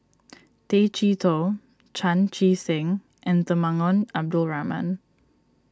Tay Chee Toh Chan Chee Seng and Temenggong Abdul Rahman